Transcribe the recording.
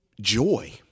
joy